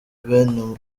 ben